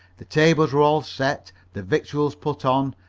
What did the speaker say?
the tables were all set, the victuals put on,